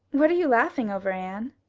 what are you laughing over, anne?